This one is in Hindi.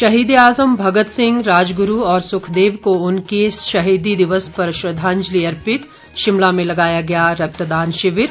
शहीद ए आज़म भगत सिंह राजगुरू और सुखदेव को उनके शहीदी दिवस पर श्रद्वांजलि अर्पित शिमला में लगाया गया रक्तदान शिविर